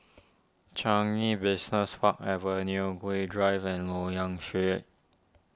Changi Business Park Avenue Gul Drive and Loyang Street